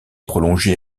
prolongée